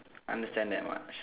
understand that much